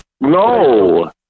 No